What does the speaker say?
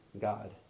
God